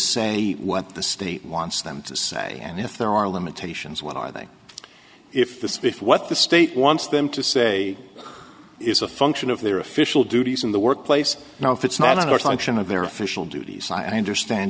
say what the state wants them to say and if there are limitations what are they if this fifth what the state wants them to say is a function of their official duties in the workplace now if it's not a reflection of their official duties i understand